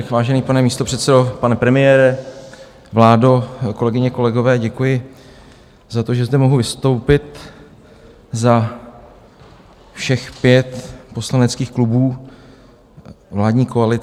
Vážený pane místopředsedo, pane premiére, vládo, kolegyně, kolegové, děkuji za to, že zde mohu vystoupit za všech pět poslaneckých vládní koalice.